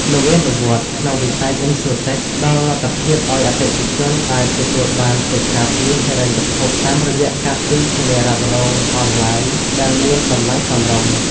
នវានុវត្តន៍ក្នុងវិស័យ Insurtech ផ្ដល់លទ្ធភាពឱ្យអតិថិជនអាចទទួលបានកិច្ចការពារហិរញ្ញវត្ថុតាមរយៈការទិញធានារ៉ាប់រងអនឡាញដែលមានតម្លៃសមរម្យ។